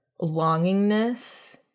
longingness